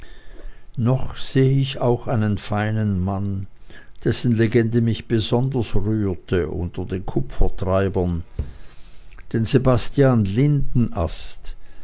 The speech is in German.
noch sehe ich auch einen feinen mann dessen legende mich besonders rührte unter den kupfertreibern den sebastian lindenast